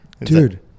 Dude